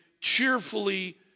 cheerfully